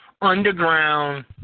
underground